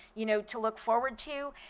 you know, to look forward to?